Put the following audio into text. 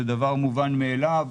זה דבר מובן מאליו,